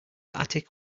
attic